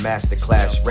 Masterclass